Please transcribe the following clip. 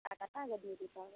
টাকাটা আগে দিয়ে দিতে হবে